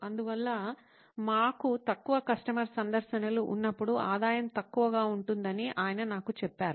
అందువల్ల మాకు తక్కువ కస్టమర్ సందర్శనలు ఉన్నప్పుడు ఆదాయం తక్కువగా ఉంటుందని ఆయన నాకు చెప్పారు